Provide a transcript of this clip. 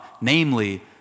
namely